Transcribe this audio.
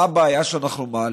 מה הבעיה שאנחנו מעלים?